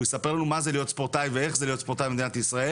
הוא יספר לנו מה זה להיות ספורטאי ואיך זה להיות ספורטאי במדינת ישראל.